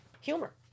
humor